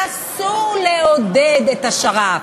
אסור לעודד את השר"פ,